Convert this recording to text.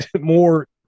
more